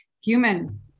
human